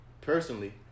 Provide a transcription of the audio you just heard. Personally